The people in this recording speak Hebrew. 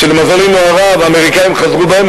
למזלנו הרב האמריקנים חזרו בהם.